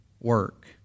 work